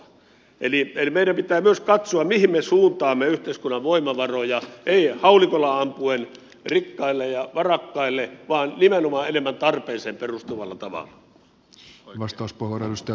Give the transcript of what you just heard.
eli meidän pitää myös katsoa mihin me suuntaamme yhteiskunnan voimavaroja ei haulikolla ampuen rikkaille ja varakkaille vaan nimenomaan enemmän tarpeeseen perustuvalla tavalla